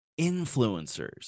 influencers